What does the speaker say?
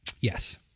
yes